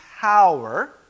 power